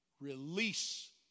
release